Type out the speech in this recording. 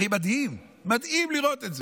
הרי מדהים לראות את זה.